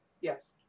Yes